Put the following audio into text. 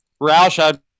Roush